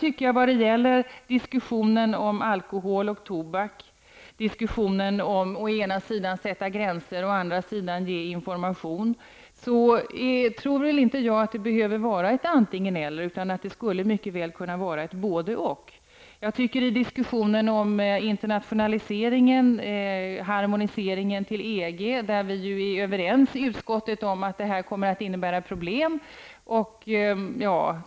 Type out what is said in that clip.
När det sedan gäller diskussionen om alkohol och tobak, om att å ena sidan sätta gränser och å andra sidan ge information tror jag inte att det är nödvändigt med ett antingen -- eller, utan det skulle mycket väl kunna vara ett både -- och. I diskussionen om internationalisering och harmoniseringen till EG är vi i utskottet överens om att detta kommer att innebära problem.